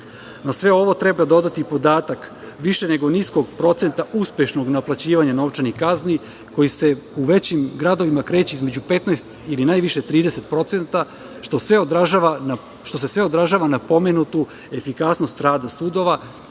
sve ovo treba dodati podatak više nego niskog procenta uspešnog naplaćivanja novčanih kazni koji se u većim gradovima kreće između 15% ili najviše 30%, što se sve odražava na pomenutu efikasnost rada sudova